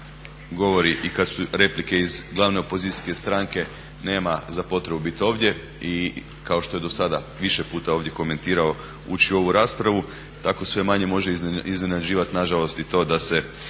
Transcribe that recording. i kada se u replike iz glavne opozicijske stranke nema za potrebu biti ovdje i kao što je do sada više puta ovdje komentirao ući u ovu raspravu, tako sve manje može iznenađivati nažalost i to da se